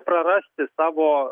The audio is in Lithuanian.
prarasti savo